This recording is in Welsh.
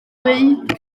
bwyd